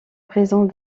présence